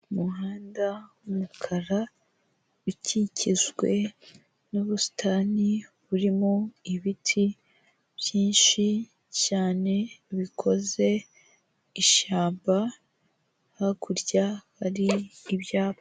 Umuhanda w'umukaram ukikijwe n'ubusitani burimo ibiti byinshi cyane, bikoze ishyamba, hakurya hari ibyapa.